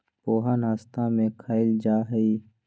पोहा नाश्ता में खायल जाहई